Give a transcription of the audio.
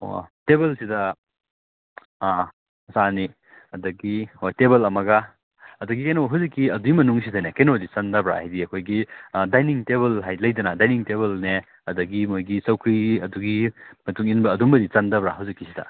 ꯑꯣ ꯇꯦꯕꯜꯁꯤꯗ ꯑꯥ ꯃꯆꯥ ꯑꯅꯤ ꯑꯗꯒꯤ ꯍꯣꯏ ꯇꯦꯕꯜ ꯑꯃꯒ ꯑꯗꯒꯤ ꯀꯩꯅꯣ ꯍꯧꯖꯤꯛꯀꯤ ꯑꯗꯨꯏ ꯃꯅꯨꯡꯁꯤꯗꯅꯦ ꯀꯩꯅꯣꯗꯤ ꯆꯟꯗꯕ꯭ꯔꯥ ꯍꯥꯏꯗꯤ ꯑꯩꯈꯣꯏꯒꯤ ꯗꯥꯏꯅꯤꯡ ꯇꯦꯕꯜ ꯍꯥꯏꯗꯤ ꯂꯩꯗꯅ ꯗꯥꯏꯅꯤꯡ ꯇꯦꯕꯜꯅꯦ ꯑꯗꯒꯤ ꯃꯣꯏꯒꯤ ꯆꯧꯀ꯭ꯔꯤ ꯑꯗꯨꯒꯤ ꯃꯇꯨꯡ ꯏꯟꯕ ꯑꯗꯨꯝꯕꯗꯤ ꯆꯟꯗꯕ꯭ꯔꯥ ꯍꯧꯖꯤꯛꯀꯤꯁꯤꯗ